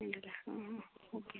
ഉണ്ടല്ലേ ആ ഓക്കെ